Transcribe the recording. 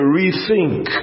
rethink